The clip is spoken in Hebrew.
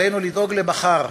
עלינו לדאוג למחר,